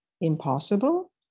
impossible